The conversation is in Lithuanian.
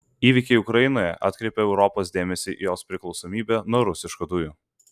įvykiai ukrainoje atkreipė europos dėmesį į jos priklausomybę nuo rusiškų dujų